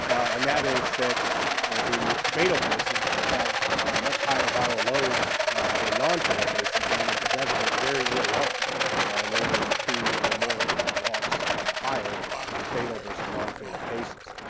and that is that the fatal cases would have much higher viral loads than nonfatal cases. and this is evident very early on the orders of two or more logs higher in fatal versus nonfatal cases.